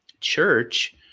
church